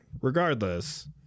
Regardless